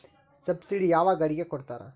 Subsidy ಯಾವ ಗಾಡಿಗೆ ಕೊಡ್ತಾರ?